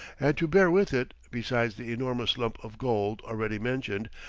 and to bear with it, besides the enormous lump of gold already mentioned,